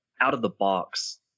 out-of-the-box